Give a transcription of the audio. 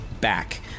back